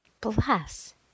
Bless